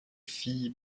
phi